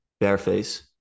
Bareface